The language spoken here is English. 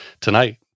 Tonight